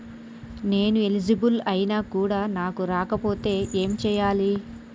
నేను ఎలిజిబుల్ ఐనా కూడా నాకు రాకపోతే ఏం చేయాలి?